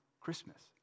Christmas